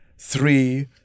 three